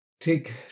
take